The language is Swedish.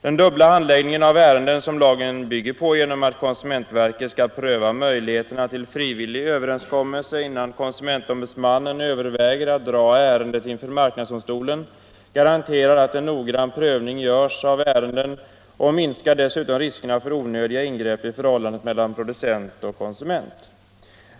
Den dubbla handläggningen av ärenden som lagen bygger på genom att konsumentverket skall pröva möjligheterna till frivillig överenskommelse innan konsumentombudsmannen överväger att dra ärendet inför marknadsdomstolen garanterar att en noggrann prövning görs av ärendena, och det minskar dessutom risken för onödiga ingrepp i förhållandet mellan producent och konsument.